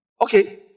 Okay